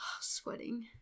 sweating